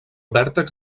vèrtex